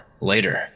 later